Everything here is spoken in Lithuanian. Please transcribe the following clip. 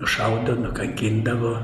nušaudo nukankindavo